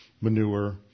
manure